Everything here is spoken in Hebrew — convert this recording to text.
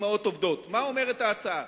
מה אומרת ההצעה?